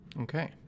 Okay